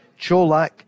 Cholak